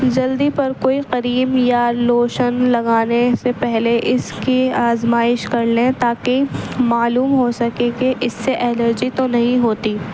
جلدی پر کوئی قریم یا لوشن لگانے سے پہلے اس کی آزمائش کر لیں تاکہ معلوم ہو سکے کہ اس سے الرجی تو نہیں ہوتی